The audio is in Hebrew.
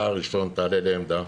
אתה הראשון שתעלה לעמדה,